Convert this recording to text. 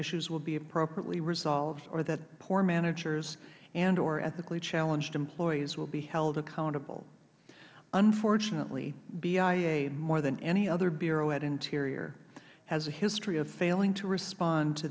issues will be appropriately resolved or that poor managers and other ethically challenged employees will be held accountable unfortunately bia more than any other bureau at interior has a history of failing to respond to